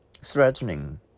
threatening